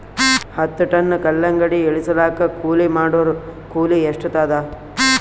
ಹತ್ತ ಟನ್ ಕಲ್ಲಂಗಡಿ ಇಳಿಸಲಾಕ ಕೂಲಿ ಮಾಡೊರ ಕೂಲಿ ಎಷ್ಟಾತಾದ?